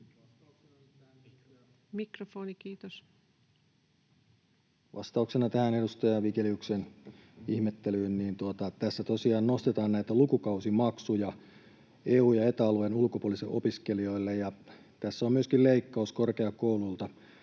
Arvoisa puhemies! Vastauksena tähän edustaja Vigeliuksen ihmettelyyn: Tässä tosiaan nostetaan lukukausimaksuja EU- ja Eta-alueen ulkopuolisille opiskelijoille. Tässä on myöskin leikkaus korkeakouluilta,